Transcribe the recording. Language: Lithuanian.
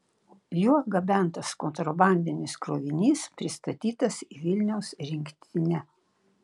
juo gabentas kontrabandinis krovinys pristatytas į vilniaus rinktinę